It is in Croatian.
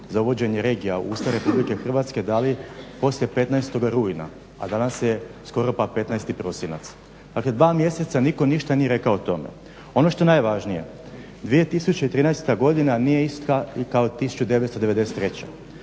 za uvođenje regija u Ustav RH dali poslije 15.rujna, a danas je skoro pa 15.prosinac. dakle dva mjeseca nitko ništa nije rekao o tome. Ono što je najvažnije 2013.godina nije ista kao 1993.,